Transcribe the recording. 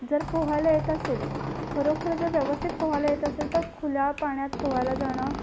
जर पोहायला येत असेल खरोखर जर व्यवस्थित पोहायला येत असेल तर खुल्या पाण्यात पोहायला जाणं